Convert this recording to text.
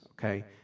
Okay